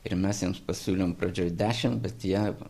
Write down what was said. ir mes jiems pasiūlėm pradžioj dešim bet jie